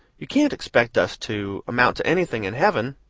you can't expect us to amount to anything in heaven,